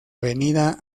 avenida